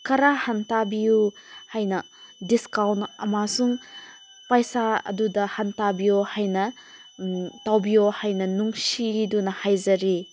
ꯈꯔ ꯍꯟꯊꯕꯤꯌꯨ ꯍꯥꯏꯅ ꯗꯤꯁꯀꯥꯎꯟ ꯑꯃꯁꯨꯡ ꯄꯩꯁꯥ ꯑꯗꯨꯗ ꯍꯟꯊꯕꯤꯌꯣ ꯍꯥꯏꯅ ꯇꯧꯕꯤꯌꯣ ꯍꯥꯏꯅ ꯅꯨꯡꯁꯤꯗꯨ ꯍꯥꯏꯖꯔꯤ